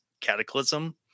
cataclysm